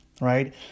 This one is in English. right